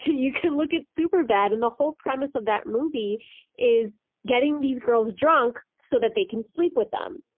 you can look at superbad. and the whole premise of that movie is getting these girls drunk so that they can sleep with them.